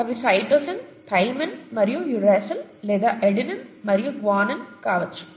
అవి cytosine thymine మరియు uracil లేదా అడెనిన్ మరియు గ్వానైన్ కావచ్చు